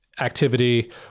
activity